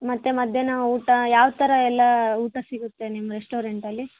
ಮತ್ತೆ ಮಧ್ಯಾಹ್ನ ಊಟ ಯಾವ ಥರ ಎಲ್ಲ ಊಟ ಸಿಗುತ್ತೆ ನಿಮ್ಮ ರೆಸ್ಟೋರೆಂಟಲ್ಲಿ